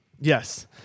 Yes